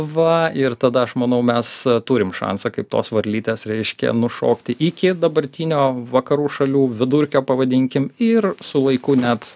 va ir tada aš manau mes turim šansą kaip tos varlytės reiškia nušokti iki dabartinio vakarų šalių vidurkio pavadinkim ir su laiku net